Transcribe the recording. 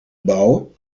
bouwen